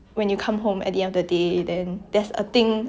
ya it's just a very nice feeling like